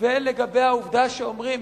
ולגבי העובדה שאומרים: